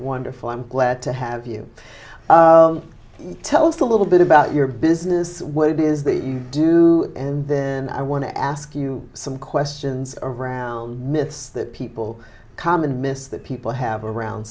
wonderful i'm glad to have you tell us a little bit about your business what it is that you do and then i want to ask you some questions around myths that people common mistake people have around